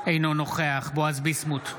אינו נוכח בועז ביסמוט,